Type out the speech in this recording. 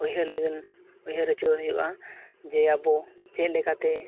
ᱩᱭᱦᱟᱹᱨ ᱞᱟᱹᱜᱤᱫ ᱩᱭᱦᱟᱹᱨ ᱦᱚᱪᱚ ᱦᱩᱭᱩᱜᱼᱟ ᱡᱮ ᱟᱵᱚ ᱪᱮᱫ ᱞᱮᱠᱟᱛᱮ